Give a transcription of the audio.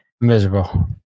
miserable